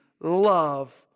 love